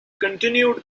continued